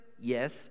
Yes